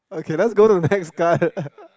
okay let's go to the next card